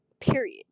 period